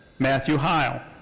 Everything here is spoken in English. matthew heil.